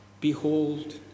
behold